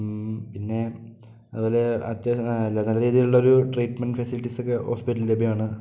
പിന്നെ അതുപോലെ അത്യാ നല്ല രീതിയിലുള്ള ഒരു ട്രീറ്റ്മെന്റ് ഫെസിലിറ്റീസൊക്കെ ഹോസ്പിറ്റലിൽ ലഭ്യമാണ്